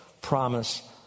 promise